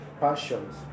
passions